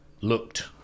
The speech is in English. looked